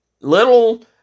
little